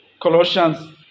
Colossians